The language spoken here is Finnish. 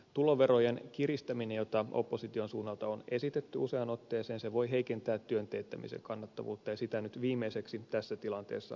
tuloverojen kiristäminen jota opposition suunnalta on esitetty useaan otteeseen voi heikentää työn teettämisen kannattavuutta ja sitä nyt viimeiseksi tässä tilanteessa halutaan